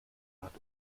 hat